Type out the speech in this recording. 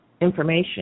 information